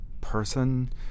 person